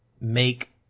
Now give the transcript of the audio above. make